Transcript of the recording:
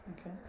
Okay